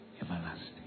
everlasting